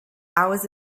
hours